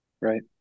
right